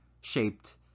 shaped